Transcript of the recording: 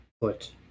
put